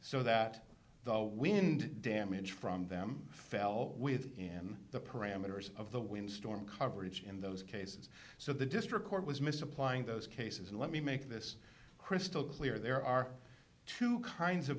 so that the wind damage from them fell within the parameters of the wind storm coverage in those cases so the district court was misapplying those cases and let me make this crystal clear there are two kinds of